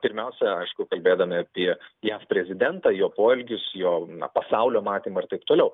pirmiausia aišku kalbėdami apie jav prezidentą jo poelgius jo pasaulio matymą ir taip toliau